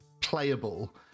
playable